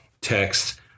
text